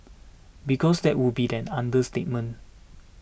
because that would be an understatement